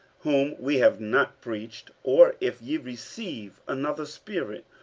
whom we have not preached, or if ye receive another spirit,